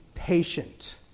Patient